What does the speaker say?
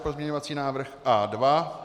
Pozměňovací návrh A2.